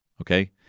okay